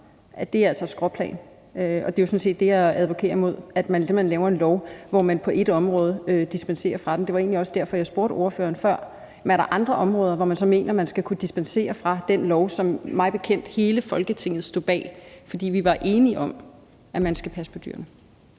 Det er jo sådan set det, jeg advokerer mod, altså at man simpelt hen laver en lov, hvor man på ét område dispenserer fra den. Det var egentlig også derfor, jeg spurgte ordføreren før: Er der andre områder, hvor man så mener, man skal kunne dispensere fra den lov, som mig bekendt hele Folketinget stod bag, fordi vi var enige om, at man skal passe på dyrene?